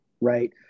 right